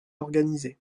organisés